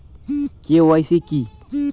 KYC কী?